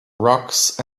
rocks